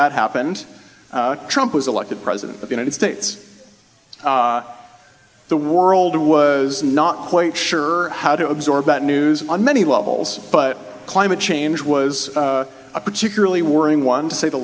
that happened trump was elected president of united states the world was not quite sure how to absorb bad news on many levels but climate change was a particularly worrying one to say the